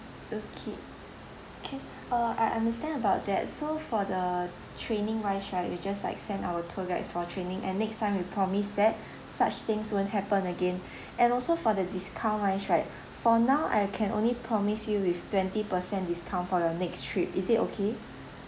okay can uh I understand about that so for the training wise right we'll just like send our tour guides for training and next time we promise that such things won't happen again and also for the discount wise right for now I can only promise you with twenty percent discount for your next trip is it okay